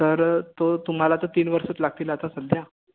तर तो तुम्हाला त तीन वर्षंच लागतील आता सध्या